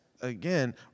again